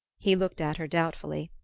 he looked at her doubtfully.